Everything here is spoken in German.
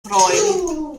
freuen